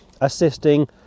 assisting